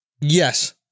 Yes